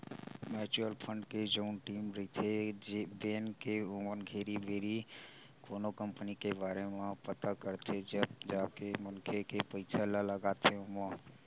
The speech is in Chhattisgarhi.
म्युचुअल फंड के जउन टीम रहिथे बेंक के ओमन घेरी भेरी कोनो कंपनी के बारे म पता करथे तब जाके मनखे के पइसा ल लगाथे ओमा